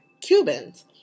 Cubans